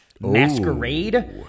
Masquerade